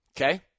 Okay